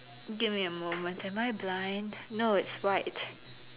give me a moment am I blind no it's white